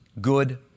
good